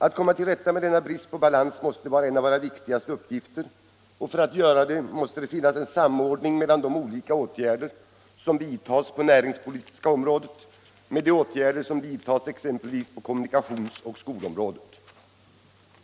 Att komma till rätta med denna brist på balans måste vara en av våra viktigaste uppgifter, och för att göra det måste det finnas en samordning mellan de olika åtgärder som vidtas på det näringspolitiska området och de åtgärder som vidtas på exempelvis kommunikations och skolområdet.